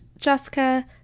Jessica